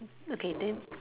okay then